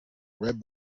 red